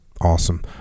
Awesome